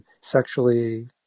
sexually